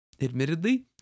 admittedly